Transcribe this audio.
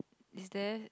is there